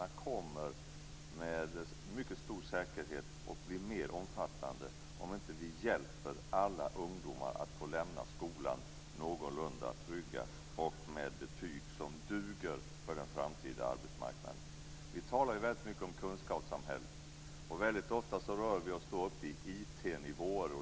Jag tror med mycket stor säkerhet att kostnaderna kommer att bli mer omfattande om vi inte hjälper alla ungdomar att lämna skolan någorlunda trygga och med betyg som duger för den framtida arbetsmarknaden. Vi talar ju väldigt mycket om kunskapssamhället, och väldigt ofta rör vi oss uppe på IT-nivåer.